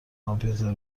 کامپیوتر